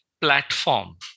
platform